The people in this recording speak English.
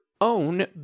own